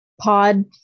Pod